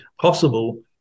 possible